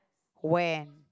when